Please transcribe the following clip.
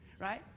right